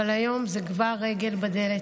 אבל היום זו כבר רגל בדלת.